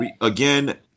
again